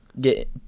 get